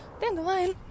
Dandelion